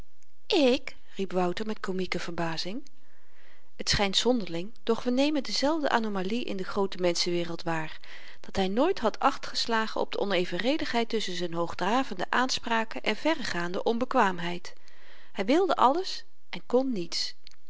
ik riep wouter met komieke verbazing het schynt zonderling doch we nemen dezelfde anomalie in de groote menschenwereld waar dat hy nooit had achtgeslagen op de onevenredigheid tusschen z'n hoogdravende aanspraken en verregaande onbekwaamheid hy wilde alles en kon niets